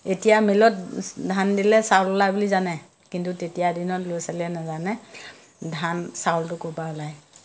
এতিয়া মিলত ধান দিলে চাউল ওলায় বুলি জানে কিন্তু তেতিয়া দিনত ল'ৰা ছোৱালীয়ে নাজানে ধান চাউলটো ক'ৰপৰা ওলায়